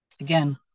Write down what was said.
Again